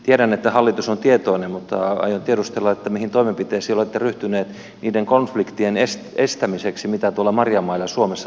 tiedän että hallitus on tietoinen mutta aion tiedustella mihin toimenpiteisiin olette ryhtyneet niiden konfliktien estämiseksi joita marjamailla suomessa tapahtuu